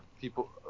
people